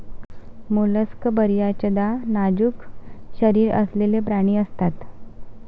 mollusc बर्याचदा नाजूक शरीर असलेले प्राणी असतात